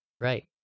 Right